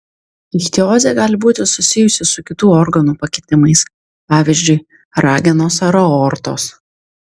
ichtiozė gali būti susijusi su kitų organų pakitimais pavyzdžiui ragenos ar aortos